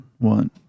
one